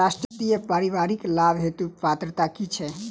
राष्ट्रीय परिवारिक लाभ हेतु पात्रता की छैक